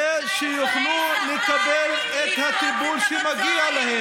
בגלל זה החמאס שלח קבוצה של חולי סרטן לפרוץ את המצור הנגדי?